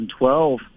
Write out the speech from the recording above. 2012